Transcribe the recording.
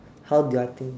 how do I think